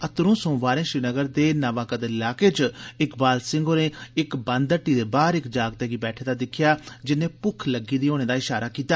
अतरु सोमवारें श्रीनगर दे नवा कदल इलाके च इकबाल सिंह होरें इक बंद हट्टी दे बार इक जागतें गी बैठे दा दिक्खेया जिन्ने भ्क्ख लग्गे दे होने दा इशारा कीता